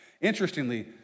Interestingly